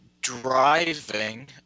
driving